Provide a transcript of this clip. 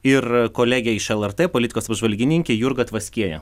ir kolegė iš lrt politikos apžvalgininkė jurga tvaskienė